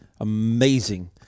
Amazing